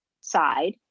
side